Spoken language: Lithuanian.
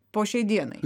po šiai dienai